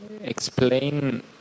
explain